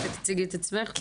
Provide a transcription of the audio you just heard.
אני